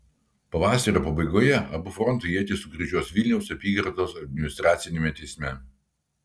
pavasario pabaigoje abu frontai ietis sukryžiuos vilniaus apygardos administraciniame teisme